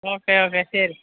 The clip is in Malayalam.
ഓക്കെ ഓക്കെ ശരി